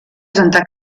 presentar